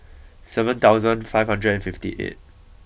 seven thousand five hundred and fifty eight